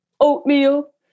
Oatmeal